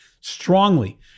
strongly